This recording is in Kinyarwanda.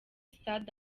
sitade